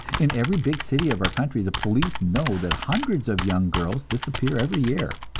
in every big city of our country the police know that hundreds of young girls disappear every year.